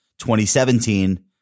2017